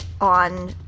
on